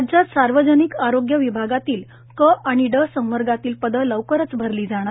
राज्यात सार्वजनिक आरोग्य विभागातील क आणि ड संवर्गातील पदं लवकरच भरली जाणार